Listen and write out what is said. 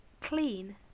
clean